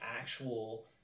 actual